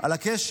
על הקשר.